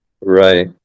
right